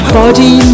body